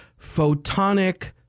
Photonic